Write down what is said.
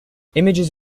images